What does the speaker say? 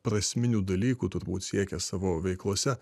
prasminių dalykų turbūt siekia savo veiklose